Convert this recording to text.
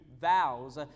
vows